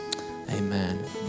Amen